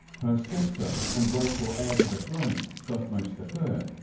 her stepson and rightful heir to the throne, thutmose the third,